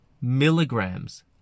milligrams